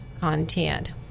content